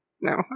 No